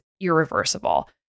irreversible